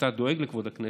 ואתה דואג לכבוד הכנסת,